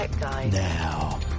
Now